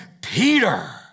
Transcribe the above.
Peter